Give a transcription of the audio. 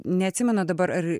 neatsimenu dabar ar